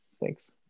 Thanks